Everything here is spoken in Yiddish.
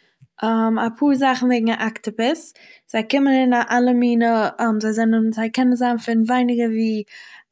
אפאהר זאכן וועגן א אקטעפאס, זיי קומען אין א אלע מינע זיי זענען זיי קענען זיין פון ווייניגער